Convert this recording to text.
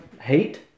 hate